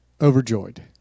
overjoyed